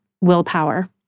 willpower